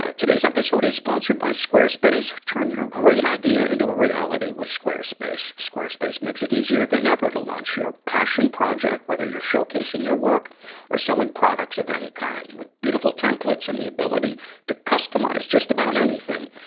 ah today's episode is sponsored by squarespace. turn your great idea into a reality with squarespace. squarespace makes it easier than ever to launch your passion project, whether you're showcasing your work or selling products of any kind. with beautiful templates and the ability to customize just about anything,